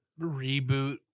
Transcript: reboot